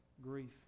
grief